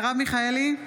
מרב מיכאלי,